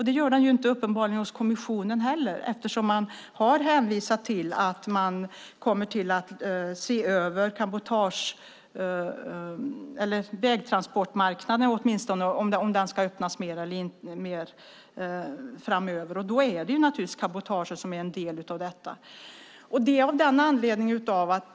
Det gör den uppenbarligen inte hos kommissionen heller eftersom man har hänvisat till att man ska se över om vägtransportmarknaden ska öppnas mer framöver. Då är naturligtvis cabotaget en del av detta.